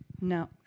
No